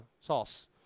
sauce